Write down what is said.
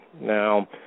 Now